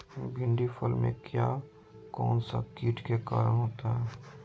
भिंडी फल में किया कौन सा किट के कारण होता है?